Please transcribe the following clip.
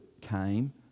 came